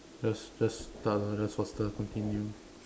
just just start lor just faster continue